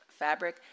fabric